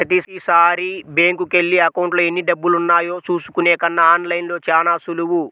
ప్రతీసారీ బ్యేంకుకెళ్ళి అకౌంట్లో ఎన్నిడబ్బులున్నాయో చూసుకునే కన్నా ఆన్ లైన్లో చానా సులువు